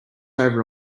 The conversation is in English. over